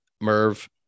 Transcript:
Merv